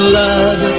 love